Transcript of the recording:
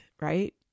right